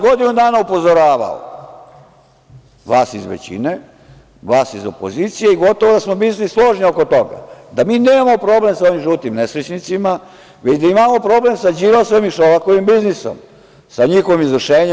Godinu dana sam vas upozoravao, vas iz većine, vas iz opozicije i gotovo da smo svi složni oko toga da mi nemamo problem sa ovim žutim nesrećnicima, već da imamo problem sa Đilasom i Šolakovim biznisom, sa njihovim izvršenjem.